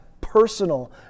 personal